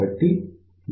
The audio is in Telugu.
కాబట్టి Goscmax